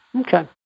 okay